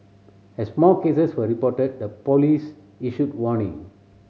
as more cases were reported the police issued warning